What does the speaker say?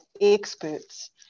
experts